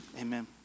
Amen